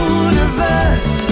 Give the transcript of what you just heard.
universe